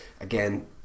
again